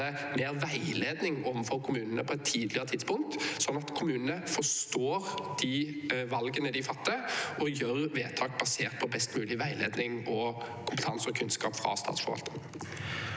mer veiledning overfor kommunene på et tidligere tidspunkt, slik at kommunene forstår de valgene de gjør, og fatter vedtak basert på best mulig veiledning, kompetanse og kunnskap fra statsforvalterne.